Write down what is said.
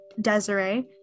Desiree